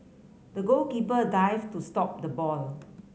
the goalkeeper dived to stop the ball